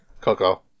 Coco